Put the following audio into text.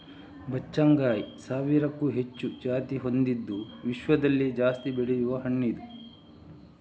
ಬಚ್ಚಗಾಂಯಿ ಸಾವಿರಕ್ಕೂ ಹೆಚ್ಚು ಜಾತಿ ಹೊಂದಿದ್ದು ವಿಶ್ವದಲ್ಲಿ ಜಾಸ್ತಿ ಬೆಳೆಯುವ ಹಣ್ಣಿದು